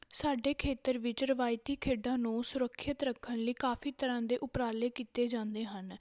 ਸਾਡੇ ਖੇਤਰ ਵਿੱਚ ਰਵਾਇਤੀ ਖੇਡਾਂ ਨੂੰ ਸੁਰੱਖਿਅਤ ਰੱਖਣ ਲਈ ਕਾਫ਼ੀ ਤਰ੍ਹਾਂ ਦੇ ਉਪਰਾਲੇ ਕੀਤੇ ਜਾਂਦੇ ਹਨ